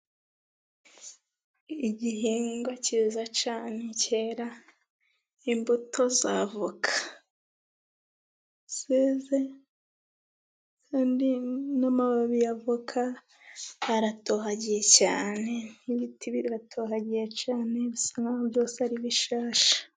Igihingwa cyiza cyane cyera imbuto za voka zeze. Kandi na'mababi yavoka aratohagiye cyane n'ibiti biratohagiye cyane bisa nkaho byose ari bishasha.